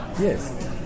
Yes